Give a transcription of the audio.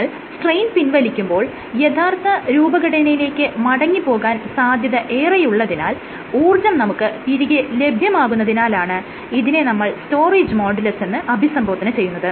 നിങ്ങൾ സ്ട്രെയിൻ പിൻവലിക്കുമ്പോൾ യഥാർത്ഥ രൂപഘടനയിലേക്ക് മടങ്ങിപ്പോകാൻ സാധ്യതയേറെ ഉള്ളതിനാൽ ഊർജം നമുക്ക് തിരികെ ലഭ്യമാകുന്നതിനാലാണ് ഇതിനെ നമ്മൾ സ്റ്റോറേജ് മോഡുലസ് എന്ന് അഭിസംബോധന ചെയ്യുന്നത്